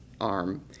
arm